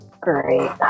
Great